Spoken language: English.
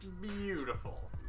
beautiful